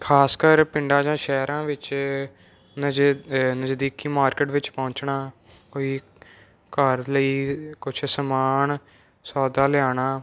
ਖ਼ਾਸ ਕਰ ਪਿੰਡਾਂ ਜਾਂ ਸ਼ਹਿਰਾਂ ਵਿੱਚ ਨਜ ਨਜ਼ਦੀਕੀ ਮਾਰਕੀਟ ਵਿੱਚ ਪਹੁੰਚਣਾ ਕੋਈ ਘਰ ਲਈ ਕੁਛ ਸਮਾਨ ਸੌਦਾ ਲਿਆਉਣਾ